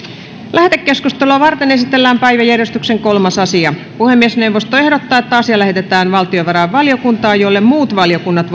lähetekeskustelua varten esitellään päiväjärjestyksen kolmas asia puhemiesneuvosto ehdottaa että asia lähetetään valtiovarainvaliokuntaan jolle muut valiokunnat